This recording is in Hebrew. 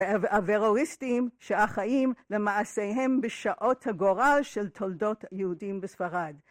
הוורואיסטים שהחיים למעשיהם בשעות הגורל של תולדות יהודים בספרד.